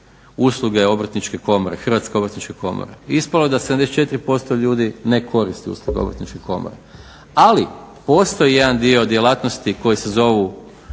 usluge Obrtničke komore, Hrvatske obrtničke komore. I ispalo je da 74% ljudi ne koristi usluge Obrtničke komore. Ali postoji jedan dio djelatnosti koji se zovu